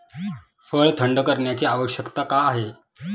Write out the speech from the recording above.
फळ थंड करण्याची आवश्यकता का आहे?